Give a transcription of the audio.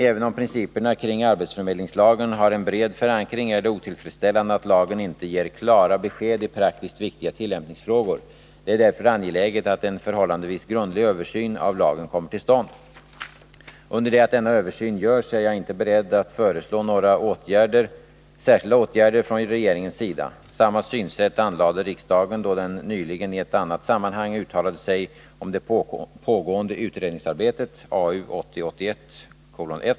Även om principerna kring arbetsförmedlingslagen har en bred förankring, är det otillfredsställande att lagen inte ger klara besked i praktiskt viktiga tillämpningsfrågor. Det är därför angeläget att en förhållandevis grundlig översyn av lagen kommer till stånd. Under det att denna översyn görs är jag inte beredd att föreslå några särskilda åtgärder från regeringens sida. Samma synsätt anlade riksdagen då den nyligen i ett annat sammanhang uttalade sig om det pågående utredningsarbetet .